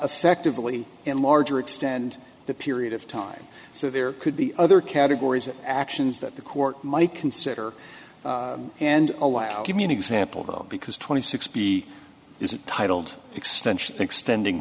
effectively and larger extend the period of time so there could be other categories of actions that the court might consider and allow give me an example because twenty six b is titled extension extending